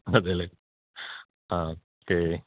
അതേ അല്ലേ ആ ഓക്കെ